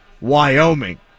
Wyoming